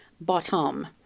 bottom